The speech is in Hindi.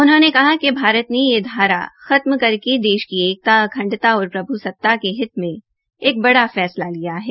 उन्होंने कहा कि भारत ने यह धारा खत्म करके देश की एकता अखडंता और प्रभ्सता के हित मे बड़ा फैसला लिया है